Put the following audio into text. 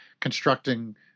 constructing